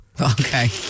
Okay